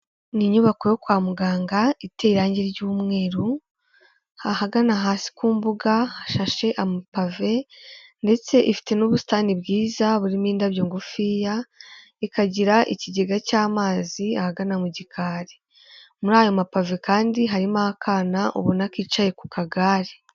Ni inyubako yo kwa muganga iteye irange ry'umweru, ahagana hasi ku mbuga hashashe amapave, ndetse ifite n'ubusitani bwiza burimo indabyo ngufiya, ikagira ikigega cy'amazi ahagana mu gikari, muri ayo mapave kandi harimo akana ubona kicaye ku kagare.